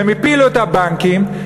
הם הפילו את הבנקים,